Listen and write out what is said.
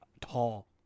tall